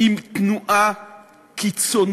עם תנועה קיצונית,